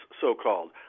so-called